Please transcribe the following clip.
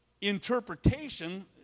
interpretation